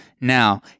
now